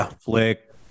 flick